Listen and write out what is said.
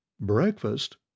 Breakfast